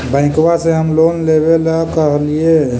बैंकवा से हम लोन लेवेल कहलिऐ?